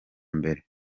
mbere